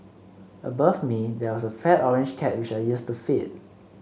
above me there was a fat orange cat which I used to feed